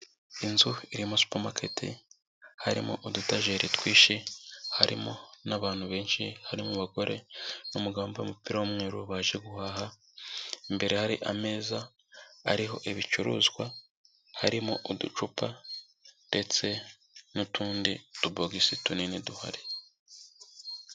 Inzu irimo supamaketi, harimo udutajeri twinshi, harimo n'abantu benshi, harimo abagore n'umugabo wamabaye umupira w'umweru baje guhaha, imbere hari ameza ariho ibicuruzwa, harimo uducupa ndetse n'utundi tubogisi tunini duhari.